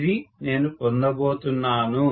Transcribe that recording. ఇది నేను పొందబోతున్నాను